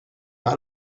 got